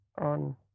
on